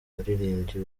abaririmbyi